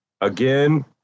again